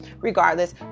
regardless